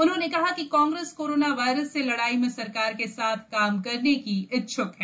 उन्होंने कहा कि कांग्रेस कोरोना वायरस से लडाई में सरकार के साथ काम करने की इच्छक है